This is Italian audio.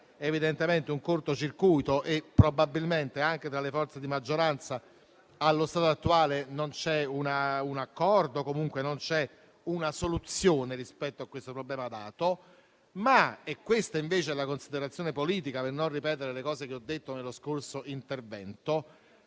dinanzi a un cortocircuito e che probabilmente anche tra le forze di maggioranza, allo stato attuale, non c'è un accordo o comunque non c'è una soluzione rispetto a questo problema dato. Tuttavia, per fare una considerazione politica e non ripetere quanto ho detto nello scorso intervento,